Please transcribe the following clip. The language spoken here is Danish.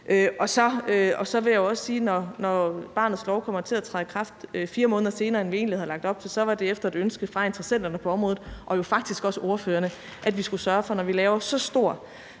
Så vil jeg også sige, at når »Barnets Lov« kommer til at træde i kraft, 4 måneder senere end vi egentlig havde lagt op til, var det, fordi der var et ønske fra interessenterne på området og faktisk også fra ordførerne om det, i forhold til at vi skulle sørge for, at der, når vi laver en så stor